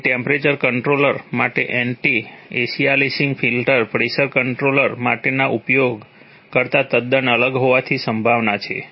તેથી temperature controller માટે anti aliasing filter pressure controller માટેના ઉપયોગ કરતા તદ્દન અલગ હોવાની સંભાવના છે